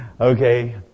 Okay